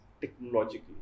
technologically